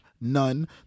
none